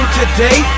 today